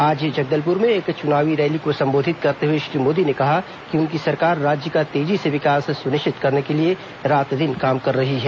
आज जगदलपुर में एक चुनाव रैली को संबोधित करते हुए श्री मोदी ने कहा कि उनकी सरकार राज्य का तेजी से विकास सुनिश्चित करने के लिए रात दिन काम कर रही है